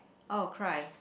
oh cry